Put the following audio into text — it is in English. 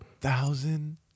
thousand